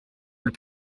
plus